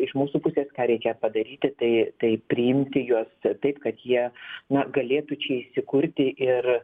iš mūsų pusės ką reikia padaryti tai tai priimti juos taip kad jie na galėtų čia įsikurti ir